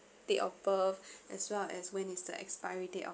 date of birth as well as when is the expiry date of